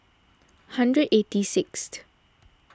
hundred eighty sixth